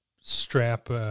strap